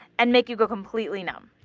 and make you go completely numb.